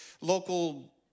local